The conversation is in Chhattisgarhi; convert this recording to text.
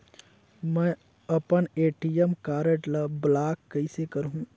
मै अपन ए.टी.एम कारड ल ब्लाक कइसे करहूं?